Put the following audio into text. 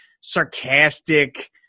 sarcastic